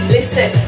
Listen